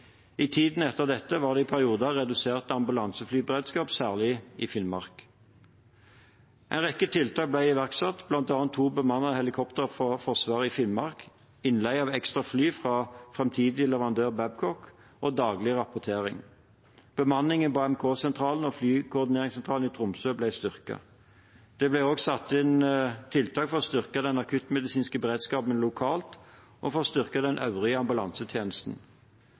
I tiden etter dette var det i perioder redusert ambulanseflyberedskap, særlig i Finnmark. En rekke tiltak ble iverksatt, bl.a. to bemannede helikoptre fra Forsvaret i Finnmark, innleie av et ekstra fly fra framtidig leverandør Babcock og daglig rapportering. Bemanningen på AMK-sentralen og flykoordineringssentralen i Tromsø ble styrket. Det ble også satt inn tiltak for å styrke den akuttmedisinske beredskapen lokalt og for å styrke den øvrige ambulansetjenesten.